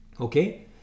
okay